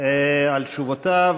על תשובותיו.